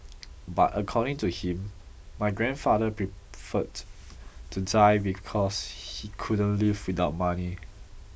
but according to him my grandfather preferred to die because he couldn't live without money